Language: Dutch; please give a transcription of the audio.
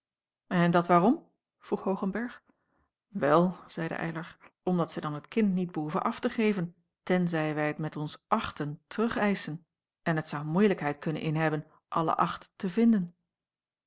en dat waarom vroeg hoogenberg wel zeide eylar omdat zij dan het kind niet behoeven af te geven tenzij wij het met ons achten terugeischen en het zou moeilijkheid kunnen inhebben alle acht te vinden